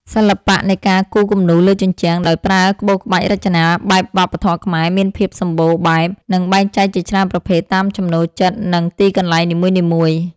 សិល្បៈនៃការគូរគំនូរលើជញ្ជាំងដោយប្រើក្បូរក្បាច់រចនាបែបវប្បធម៌ខ្មែរ មានភាពសម្បូរបែប និងបែងចែកជាច្រើនប្រភេទតាមចំណូលចិត្ត និងទីកន្លែងនីមួយៗ។